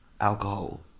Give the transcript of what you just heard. alcohol